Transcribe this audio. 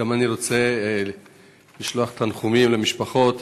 גם אני רוצה לשלוח תנחומים למשפחות,